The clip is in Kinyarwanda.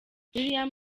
william